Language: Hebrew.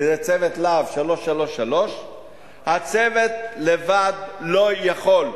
זה צוות "להב 433". הצוות לבד לא יכול.